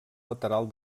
lateral